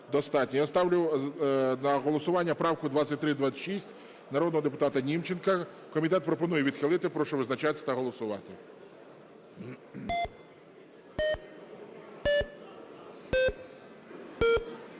Я ставлю на голосування правку 2326, народного депутата Німченка. Комітет пропонує її відхилити. Прошу визначатись та голосувати.